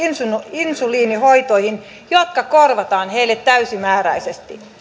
insuliinihoitoihin jotka korvataan heille täysimääräisesti